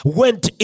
went